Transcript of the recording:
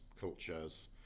cultures